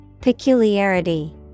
Peculiarity